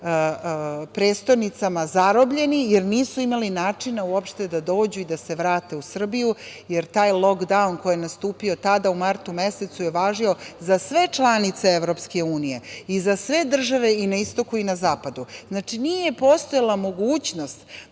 prestonicama zarobljeni, jer nisu imali načina uopšte da dođu i da se vrate u Srbiju, jer taj „lok daun“ koji je nastupio tada u martu mesecu je važio za sve članice EU, za sve države, i na Istoku i na Zapadu. Nije postojala mogućnost